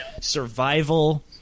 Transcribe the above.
survival